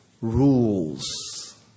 rules